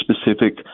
specific